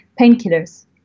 painkillers